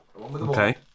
Okay